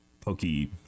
pokey